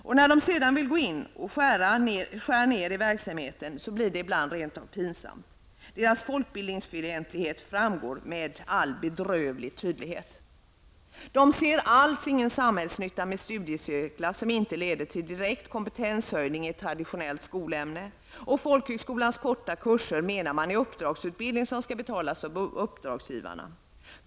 När moderaterna sedan vill gå in och skära ner i verksamheten blir det ibland rent av pinsamt. Deras folkbildningsfientlighet framgår med all bedrövlig tydlighet. Moderaterna ser alls ingen samhällsnytta med studiecirklar som inte leder till direkt kompetenshöjning i ett traditionellt skolämne, och folkhögskolans korta kurser anser man är uppdragsutbildning som skall betalas av uppdragsgivarna.